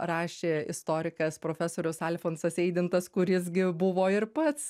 rašė istorikas profesorius alfonsas eidintas kuris gi buvo ir pats